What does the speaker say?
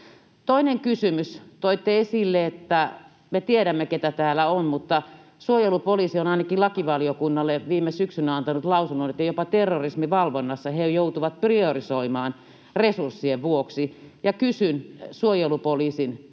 Toinen kysymys: Toitte esille, että me tiedämme, keitä täällä on, mutta suojelupoliisi on ainakin lakivaliokunnalle viime syksynä antanut lausunnon, että jopa terrorismivalvonnassa he joutuvat priorisoimaan resurssien vuoksi. Ja kysyn suojelupoliisin resursseista: